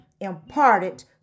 imparted